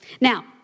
Now